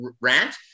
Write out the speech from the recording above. rant